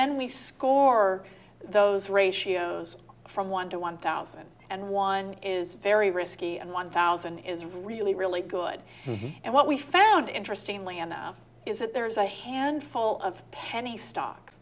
then we score those ratios from one to one thousand and one is very risky and one thousand is really really good and what we found interesting is that there's a handful of penny stock